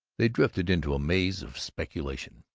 they drifted into a maze of speculation.